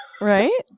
right